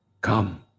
Come